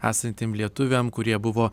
esantiem lietuviam kurie buvo